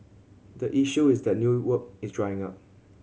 the issue is that new work is drying up